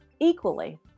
Equally